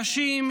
נשים,